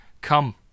Come